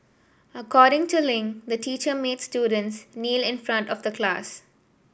according to Ling the teacher made students kneel in front of the class